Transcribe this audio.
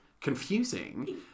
Confusing